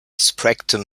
spectrum